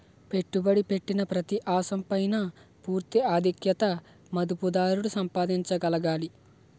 పెట్టుబడి పెట్టిన ప్రతి అంశం పైన పూర్తి ఆధిక్యత మదుపుదారుడు సంపాదించగలగాలి